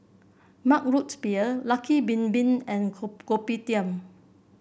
Mug Root Beer Lucky Bin Bin and Kopitiam